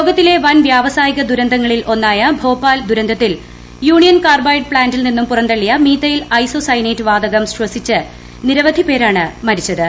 ലോകത്തിലെ വൻ വ്യാവസായിക ദുരന്തങ്ങളിൽ ഒന്നായ ഭോപാൽ ദുരന്തത്തിൽ യൂണിയൻ കാർബൈഡ് പ്ലാന്റിൽ നിന്നും പുറന്തള്ളിയ മീതൈൽ ഐസോസയനേറ്റ് വാതകം ശ്വസിച്ച് നിരവധി പേരാണ് മരിച്ചത്